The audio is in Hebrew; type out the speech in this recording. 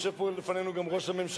יושב לפנינו גם ראש הממשלה,